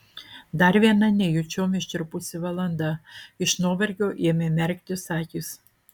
dar viena nejučiom ištirpusi valanda iš nuovargio ėmė merktis akys